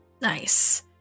Nice